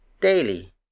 daily